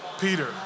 Peter